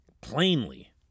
plainly